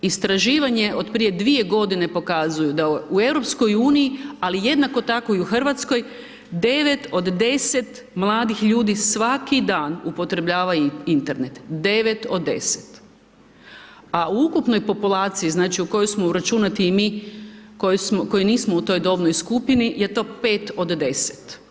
Istraživanja od prije 2 g. pokazuju da u EU-u ali jednako tako i u Hrvatskoj, 9 od 10 mladih ljudi svaki dan upotrebljavaju Internet, 9 od 10. a u ukupnoj populaciji, znači u kojoj smo uračunati i mi koji nismo u toj dobnoj skupini je to 5 od 10.